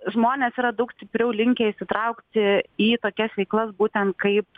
žmonės yra daug stipriau linkę įsitraukti į tokias veiklas būtent kaip